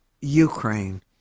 Ukraine